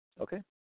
Okay